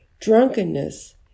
drunkenness